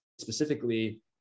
specifically